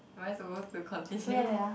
am I suppose to continue